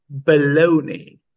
baloney